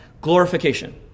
glorification